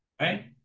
Right